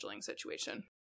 situation